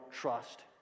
trust